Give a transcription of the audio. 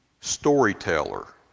storyteller